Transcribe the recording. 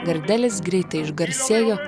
gardelis greitai išgarsėjo